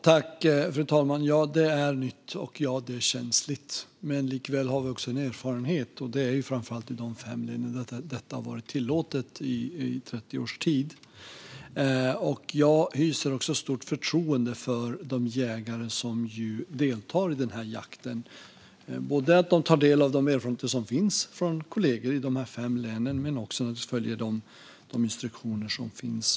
Fru talman! Detta är nytt och känsligt, men likväl har vi erfarenhet, framför allt från de fem län där detta har varit tillåtet i 30 års tid. Jag har också stort förtroende för de jägare som deltar i den här jakten när det gäller att de tar del av de erfarenheter som finns hos kollegorna i de fem länen men också följer de instruktioner som finns.